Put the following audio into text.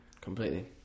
completely